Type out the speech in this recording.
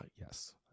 Yes